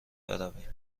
برویم